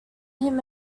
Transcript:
him